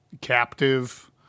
captive